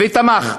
ותמך.